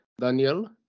Daniel